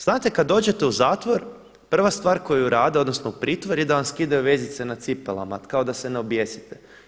Znate kada dođete u zatvor, prva stvar koju rade, odnosno u pritvor je da vam skidaju vezice na cipelama kao da se ne objesite.